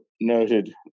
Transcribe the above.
noted